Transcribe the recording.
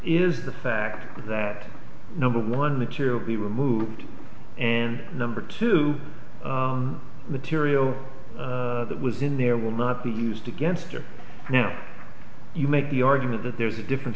is the fact that number one material be removed and number two material that was in there will not be used against her now you make the argument that there's a differen